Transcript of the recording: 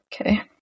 okay